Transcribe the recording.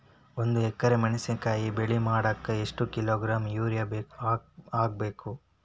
ಒಂದ್ ಎಕರೆ ಮೆಣಸಿನಕಾಯಿ ಬೆಳಿ ಮಾಡಾಕ ಎಷ್ಟ ಕಿಲೋಗ್ರಾಂ ಯೂರಿಯಾ ಹಾಕ್ಬೇಕು?